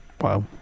Wow